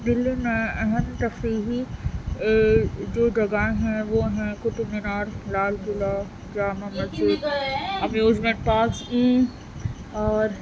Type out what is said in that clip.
دلی میں اہم تفریحی جو جگہ ہیں وہ ہیں قطب مینار لال قلعہ جامع مسجد ابھی اس میں ٹاس ای اور